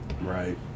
Right